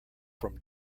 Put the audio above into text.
from